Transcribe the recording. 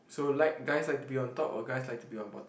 so like guys like to be on top or guys like to be on bottom